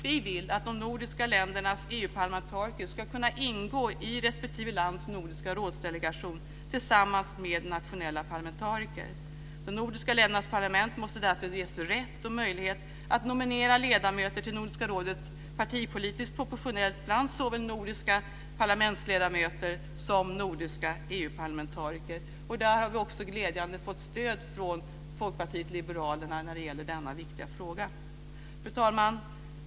Vi vill att de nordiska ländernas EU parlamentariker ska kunna ingå i respektive lands delegation till Nordiska rådet tillsammans med nationella parlamentariker. De nordiska ländernas parlament måste därför ges rätt och möjlighet att nominera ledamöter till Nordiska rådet partipolitiskt proportionellt bland såväl nordiska parlamentsledamöter som nordiska EU-parlamentariker. Vi har också glädjande nog fått stöd från Folkpartiet liberalerna när det gäller denna viktiga fråga. Fru talman!